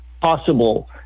possible